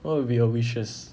what will be your wishes